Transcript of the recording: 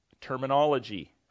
terminology